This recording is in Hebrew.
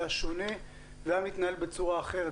היה שונה והיה מתנהל בצורה אחרת.